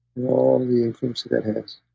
all the influence that that has.